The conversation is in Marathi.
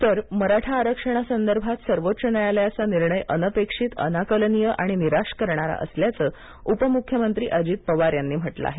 तरमराठा आरक्षणासंदर्भात सर्वोच्च न्यायालयाचा निर्णय अनपेक्षितअनाकलनीय आणि निराश करणारा असल्याच उपमुख्यमंत्री अजित पवार यांनी म्हटलं आहे